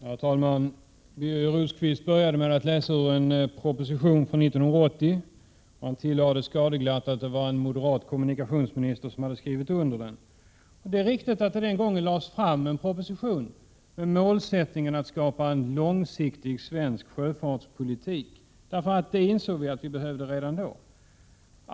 Herr talman! Birger Rosqvist började med att läsa ur en proposition från 1980 och tillade skadeglatt att det var en moderat kommunikationsminister som hade skrivit under propositionen. Det är riktigt att det den gången lades fram en proposition där målsättningen var att skapa en långsiktig svensk sjöfartspolitik. Vi insåg nämligen redan då att vi behövde det.